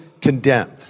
condemned